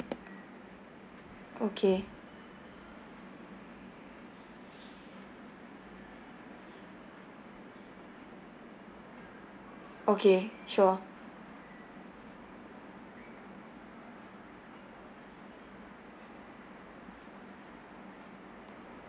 okay okay sure